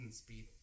speed